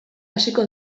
hasiko